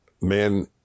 man